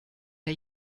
der